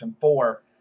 four